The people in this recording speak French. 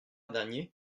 dernier